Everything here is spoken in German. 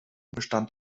bestand